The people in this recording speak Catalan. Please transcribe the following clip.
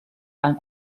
han